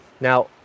Now